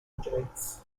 injuries